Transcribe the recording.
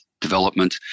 development